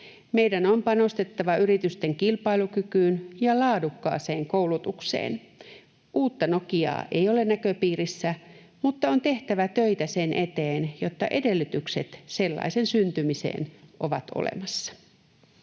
Meidän on panostettava yritysten kilpailukykyyn ja laadukkaaseen koulutukseen. Uutta Nokiaa ei ole näköpiirissä, mutta on tehtävä töitä sen eteen, jotta edellytykset sellaisen syntymiseen ovat olemassa.